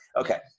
Okay